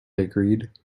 agreed